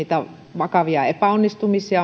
vakavia epäonnistumisia